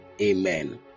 Amen